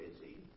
busy